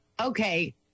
Okay